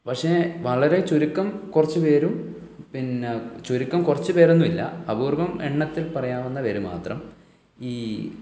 പക്ഷേ വളരെ ചുരുക്കം കുറച്ച് പേരും പിന്നെ ചുരുക്കം കുറച്ച് പേരൊന്നും ഇല്ല അപൂർവ്വം എണ്ണത്തിൽ പറയാവുന്ന പേര് മാത്രം ഈ